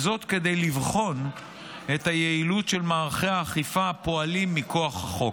וזאת כדי לבחון את היעילות של מערכי האכיפה הפועלים מכוח החוק.